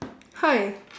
!hey!